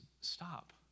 stop